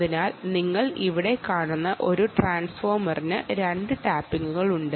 അതിനാൽ നിങ്ങൾ ഇവിടെ കാണുന്ന ഈ ട്രാൻസ്ഫോർമറിന് രണ്ട് ടാപ്പിംഗുകളുണ്ട്